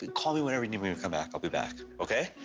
call me whenever you need me to come back, i'll be back, okay?